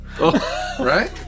Right